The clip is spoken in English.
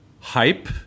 hype